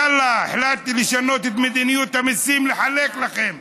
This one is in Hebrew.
יאללה, החלטתי לשנות את מדיניות המיסים, לחלק לכם,